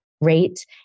rate